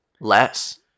Less